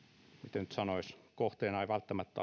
miten nyt sanoisi suoranaisena kohteena ei välttämättä